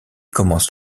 commence